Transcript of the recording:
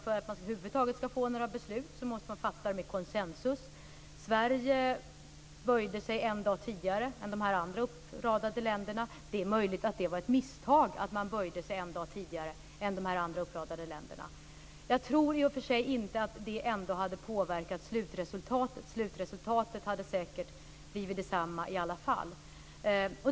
För att det över huvud taget ska bli några beslut måste man fatta dem i konsensus. Sverige böjde sig en dag tidigare än de andra uppräknade länderna, och det är möjligt att det var ett misstag. Jag tror i och för sig inte att det hade påverkat slutresultatet om man hade väntat - det hade säkert blivit detsamma i alla fall.